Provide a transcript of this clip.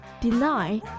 deny